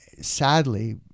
sadly